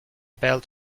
belt